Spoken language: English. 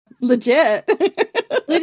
legit